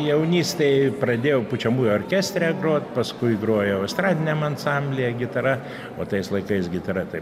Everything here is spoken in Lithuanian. jaunystėj pradėjau pučiamųjų orkestre grot paskui grojau estradiniam ansamblyje gitara o tais laikais gitara tai